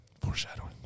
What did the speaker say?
foreshadowing